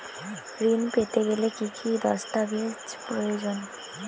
ঋণ পেতে গেলে কি কি দস্তাবেজ প্রয়োজন?